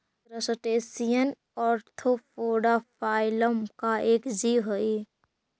crustacean Arthropoda phylum का एक जीव हई